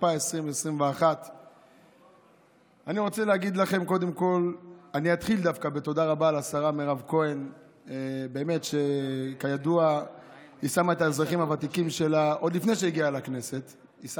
התשפ"א 2021. אני אתחיל דווקא בתודה רבה לשרה מירב כהן.